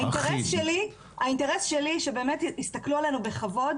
האינטרס שלי הוא שיסתכלו עלינו בכבוד